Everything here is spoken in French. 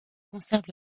conserve